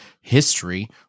history